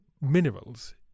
minerals